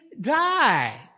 die